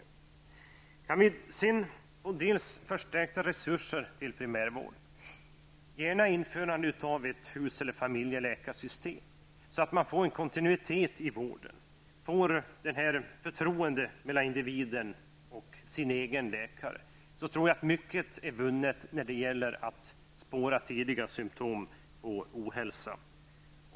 Om man kan få förstärkta resurser till primärvården genom införandet av hus eller familjeläkarsystem så att det blir kontinuitet i vården och förtroende mellan individen och den egna läkaren byggs upp, så tror jag att mycket är vunnet när det gäller att spåra tidiga symtom på ohälsa.